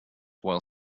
while